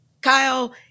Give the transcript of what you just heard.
Kyle